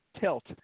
tilt